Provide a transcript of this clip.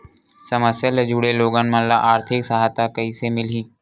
समस्या ले जुड़े लोगन मन ल आर्थिक सहायता कइसे मिलही?